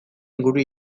inguru